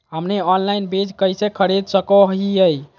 हमनी ऑनलाइन बीज कइसे खरीद सको हीयइ?